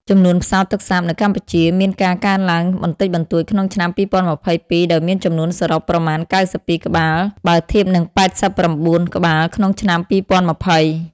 ចំនួនផ្សោតទឹកសាបនៅកម្ពុជាមានការកើនឡើងបន្តិចបន្តួចក្នុងឆ្នាំ២០២២ ដោយមានចំនួនសរុប ប្រមាណ ៩២ ក្បាល បើធៀបនឹង ៨៩ ក្បាលក្នុងឆ្នាំ ២០២០។